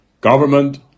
government